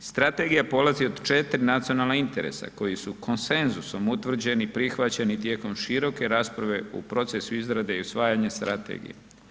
Strategija polazi od četiri nacionalana interesa koji su konsenzusom utvrđeni, prihvaćeni tijekom široke rasprave u procesu izrade i usvajanja strategije.